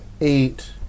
eight